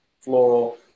floral